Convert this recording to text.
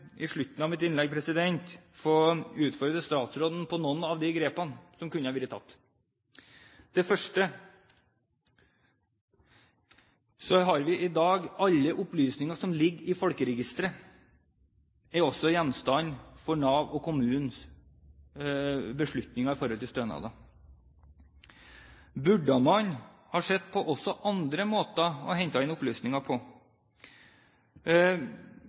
i slutten av mitt innlegg, få utfordre statsråden på noen av de grepene som kunne ha vært tatt. Det første: I dag er alle opplysninger som ligger i Folkeregisteret, også gjenstand for Navs og kommunenes beslutninger om stønader. Burde man ha sett på også andre måter å hente inn opplysninger på?